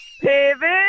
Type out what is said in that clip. pivot